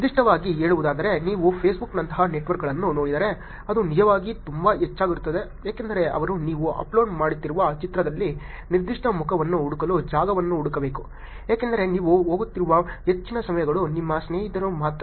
ನಿರ್ದಿಷ್ಟವಾಗಿ ಹೇಳುವುದಾದರೆ ನೀವು ಫೇಸ್ಬುಕ್ನಂತಹ ನೆಟ್ವರ್ಕ್ಗಳನ್ನು ನೋಡಿದರೆ ಅದು ನಿಜವಾಗಿ ತುಂಬಾ ಹೆಚ್ಚಾಗಿರುತ್ತದೆ ಏಕೆಂದರೆ ಅವರು ನೀವು ಅಪ್ಲೋಡ್ ಮಾಡುತ್ತಿರುವ ಚಿತ್ರದಲ್ಲಿ ನಿರ್ದಿಷ್ಟ ಮುಖವನ್ನು ಹುಡುಕಲು ಜಾಗವನ್ನು ಹುಡುಕಬೇಕು ಏಕೆಂದರೆ ನೀವು ಹೋಗುತ್ತಿರುವ ಹೆಚ್ಚಿನ ಸಮಯಗಳು ನಿಮ್ಮ ಸ್ನೇಹಿತರು ಮಾತ್ರ